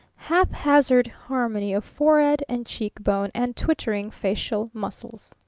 haphazard harmony of forehead and cheek-bone and twittering facial muscles.